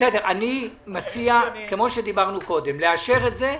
אני מציע, כפי שדיברנו קודם, לאשר את זה.